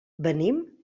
venim